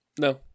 No